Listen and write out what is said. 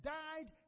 died